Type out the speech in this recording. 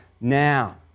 now